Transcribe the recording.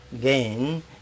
gain